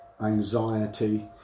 anxiety